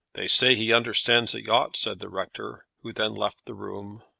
they say he understands a yacht, said the rector, who then left the room.